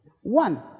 One